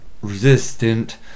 resistant